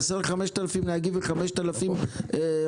לפי שיטת האוצר חסרים 5,000 נהגים ו-5,000 אוטובוסים,